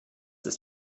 ist